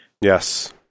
Yes